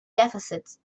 deficits